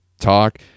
talk